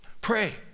Pray